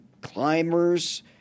climbers